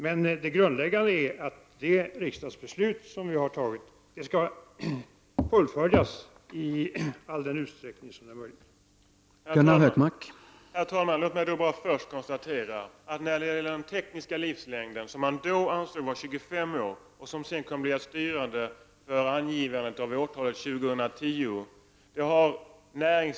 Men det grundläggade är att det riksdagsbeslut som har fattats skall fullföljas i den utsträckning som det är möjligt.